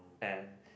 and